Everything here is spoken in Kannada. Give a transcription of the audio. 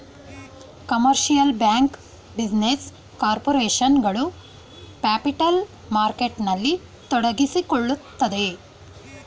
ಕಮರ್ಷಿಯಲ್ ಬ್ಯಾಂಕ್, ಬಿಸಿನೆಸ್ ಕಾರ್ಪೊರೇಷನ್ ಗಳು ಪ್ಯಾಪಿಟಲ್ ಮಾರ್ಕೆಟ್ನಲ್ಲಿ ತೊಡಗಿಸಿಕೊಳ್ಳುತ್ತದೆ